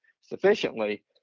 sufficiently